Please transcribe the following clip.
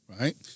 right